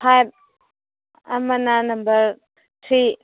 five ꯑꯃꯅ number three